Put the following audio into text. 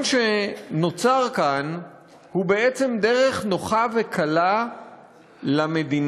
שנוצר כאן הוא בעצם דרך נוחה וקלה למדינה,